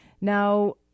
Now